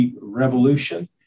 revolution